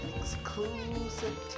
exclusive